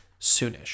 soonish